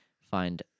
find